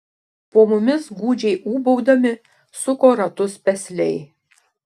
po mumis gūdžiai ūbaudami suko ratus pesliai